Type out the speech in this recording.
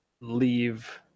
leave